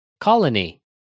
Colony